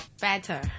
better